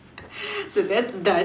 so that's done